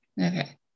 Okay